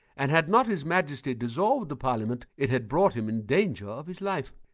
and had not his majesty dissolved the parliament, it had brought him in danger of his life.